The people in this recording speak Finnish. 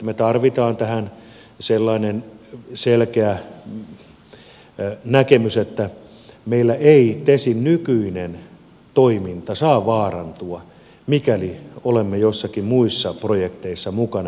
me tarvitsemme tähän sellaisen selkeän näkemyksen että meillä ei tesin nykyinen toiminta saa vaarantua mikäli olemme joissakin muissa projekteissa mukana